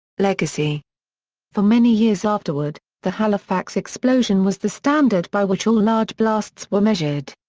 legacy for many years afterward, the halifax explosion was the standard by which all large blasts were measured.